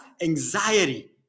anxiety